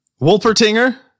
Wolpertinger